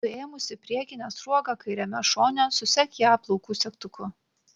suėmusi priekinę sruogą kairiame šone susek ją plaukų segtuku